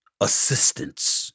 assistance